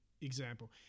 example